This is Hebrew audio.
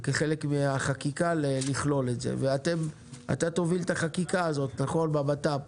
כחלק מהחקיקה לכלול את זה ואתה תוביל את החקיקה הזאת בבט"פ,